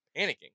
panicking